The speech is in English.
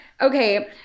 Okay